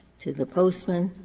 to the postman,